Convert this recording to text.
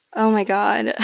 oh, my god